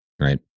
Right